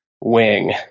wing